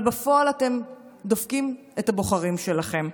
אבל בפועל אתם דופקים את הבוחרים שלכם.